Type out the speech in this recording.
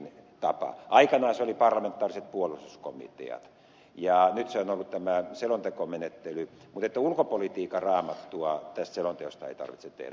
aikanaan se oli parlamentaariset puolustuskomiteat ja nyt se on ollut tämä selontekomenettely mutta ulkopolitiikan raamattua tästä selonteosta ei tarvitse tehdä